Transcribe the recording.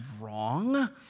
wrong